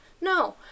No